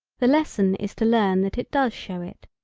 the lesson is to learn that it does show it,